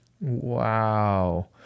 Wow